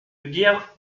bière